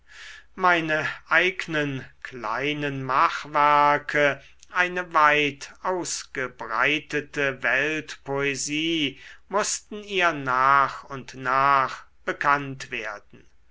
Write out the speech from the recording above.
meine eignen kleinen machwerke eine weit ausgebreitete weltpoesie mußten ihr nach und nach bekannt werden